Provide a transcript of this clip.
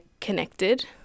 connected